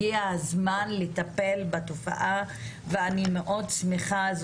הגיע הזמן לטפל בתופעה ואני מאוד שמחה.